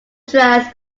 dress